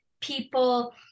People